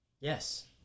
Yes